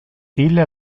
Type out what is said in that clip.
ille